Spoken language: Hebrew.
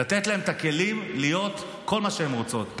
לתת להן את הכלים להיות כל מה שהן רוצות,